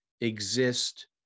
exist